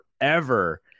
forever